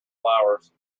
flowers